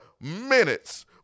minutes